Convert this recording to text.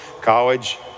College